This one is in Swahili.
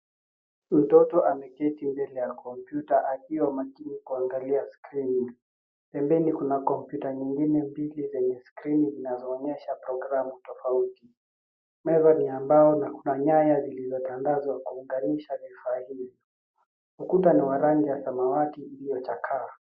Mtoto ameketi mbele ya kompyuta akiwa makini kuangalia skrini. Pembeni kuna kompyuta mbili zenye skrini zinazoonyesha programu tofauti. Meza ni ya mbao na kuna nyaya zilizotandazwa kuunganisha vifaa hivi. Ukuta ni ya rangi ya samawati iliyochakaa.